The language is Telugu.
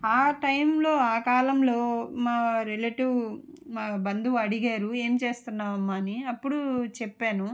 ఆ టైంలో ఆ కాలంలో మా రిలేటీవ్ మా బంధువు అడిగారు ఏం చేస్తున్నావమ్మా అని అప్పుడు చెప్పాను